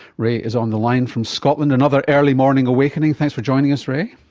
ray is on the line from scotland. another early morning awakening. thanks for joining us ray.